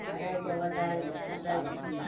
रहय छै होटल